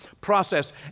process